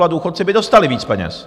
A důchodci by dostali víc peněz.